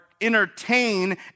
entertain